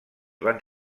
van